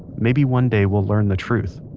maybe one day we'll learn the truth